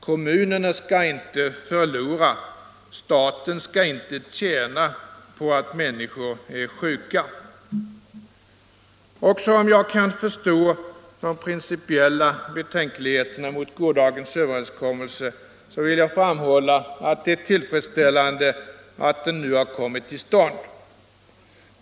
Kommunerna skall inte förlora och staten skall inte tjäna på att människor blir sjuka. Också om jag kan förstå de principiella betänkligheterna mot gårdagens överenskommelse vill jag framhålla att det är tillfredsställande att den nu har kommit till stånd.